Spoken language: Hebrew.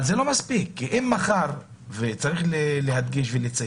זה לא מספיק, צריך לציין